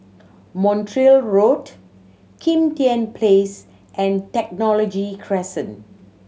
Montreal Road Kim Tian Place and Technology Crescent